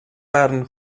barn